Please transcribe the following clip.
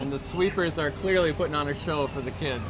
and the sweepers are clearly putting on a show for the kids